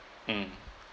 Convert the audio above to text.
mm